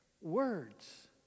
Words